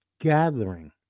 gathering